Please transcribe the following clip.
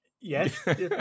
Yes